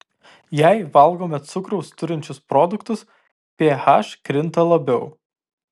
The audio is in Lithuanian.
jei valgome cukraus turinčius produktus ph krinta labiau